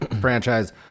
franchise